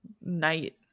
night